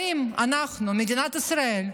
האם אנחנו, מדינת ישראל,